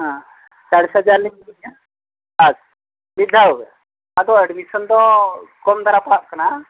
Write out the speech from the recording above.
ᱦᱮᱸ ᱪᱟᱞᱤᱥ ᱦᱟᱡᱟᱨᱞᱤᱧ ᱤᱫᱤᱭᱮᱜᱼᱟ ᱟᱨ ᱢᱤᱫ ᱫᱷᱟᱣ ᱜᱮ ᱟᱫᱚ ᱮᱰᱢᱤᱥᱚᱱ ᱫᱚ ᱠᱚᱢ ᱫᱷᱟᱨᱟ ᱯᱟᱲᱟᱜ ᱠᱟᱱᱟ